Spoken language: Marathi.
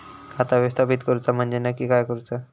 खाता व्यवस्थापित करूचा म्हणजे नक्की काय करूचा?